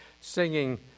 singing